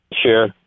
Sure